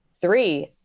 Three